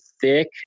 thick